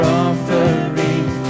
offering